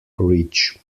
ridge